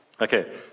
Okay